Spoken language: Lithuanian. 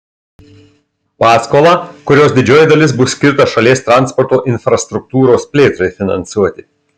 paskolą kurios didžioji dalis bus skirta šalies transporto infrastruktūros plėtrai finansuoti